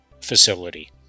facility